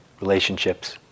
relationships